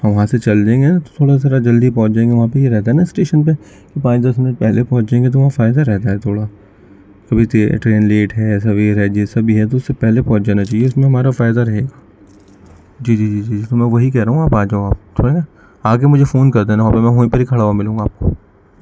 ہاں وہاں چل دیں گے نا تو تھوڑا جلدی پہنچ جائیں گے وہاں پہ یہ رہتا ہے نا اسٹیشن پہ پانچ دس منٹ پہلے پہنچ جائیں گے تو وہاں فائدہ رہتا ہے تھوڑا کبھی ٹرین لیٹ ہے سویر ہے جیسا بھی ہے تو اس سے پہلے پہنچ جانا چاہیے اس میں ہمارا فائدہ رہے گا جی جی جی جی ہاں میں وہی کہہ رہا ہوں آپ آ جاؤ آپ ٹھیک ہے نا آ کے مجھے فون کر دینا اور میں وہیں پہ ہی کھڑا ہوا ملوں گا آپ کو